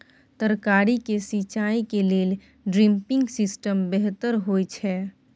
तरकारी के सिंचाई के लेल ड्रिपिंग सिस्टम बेहतर होए छै?